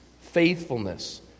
faithfulness